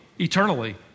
eternally